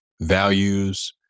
values